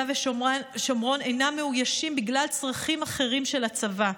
ושומרון אינם מאוישים בגלל צרכים אחרים של הצבא.